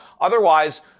Otherwise